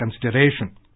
consideration